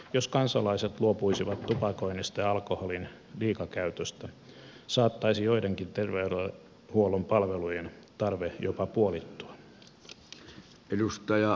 jos kansalaiset luopuisivat tupakoinnista ja alkoholin liikakäytöstä saattaisi joidenkin terveydenhuollon palvelujen tarve jopa puolittua